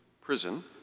prison